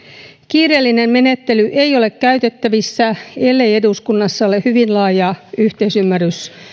kiireellinen menettely ei ole käytettävissä ellei eduskunnassa ole hyvin laaja yhteisymmärrys